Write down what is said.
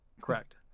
correct